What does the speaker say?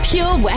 Pure